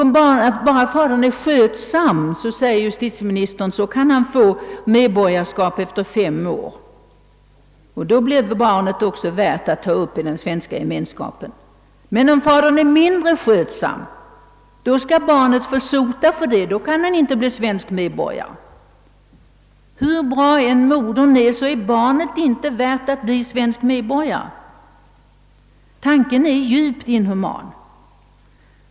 Om bara fadern är skötsam, säger justitieministern, kan han få svenskt medborgarskap efter fem år, och då blir barnet också värt att ta upp i den svenska gemenskapen. Men om fadern är mindre skötsam, får barnet sota härför — då kan det inte bli svensk medborgare. Hur bra modern än är, är barnet inte värt att bli svensk medborgare. Tanken är djupt inhuman.